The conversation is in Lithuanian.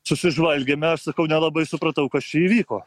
susižvalgėme aš sakau nelabai supratau kas čia įvyko